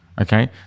Okay